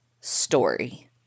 story